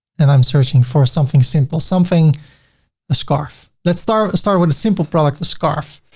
and i'm searching for something simple, something a scarf. let's start start with a simple product a scarf.